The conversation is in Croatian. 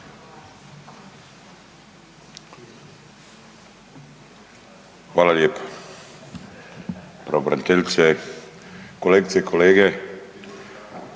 Hvala lijepa. Pravobraniteljice, kolegice i kolege,